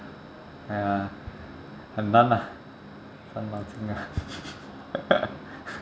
!aiya! 很难啊伤脑筋啊